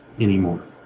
anymore